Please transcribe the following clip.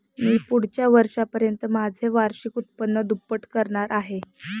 मी पुढच्या वर्षापर्यंत माझे वार्षिक उत्पन्न दुप्पट करणार आहे